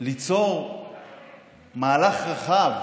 ליצור מהלך רחב,